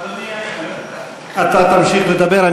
אדוני, אתה תמשיך לדבר.